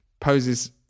poses